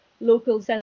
local